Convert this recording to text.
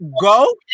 go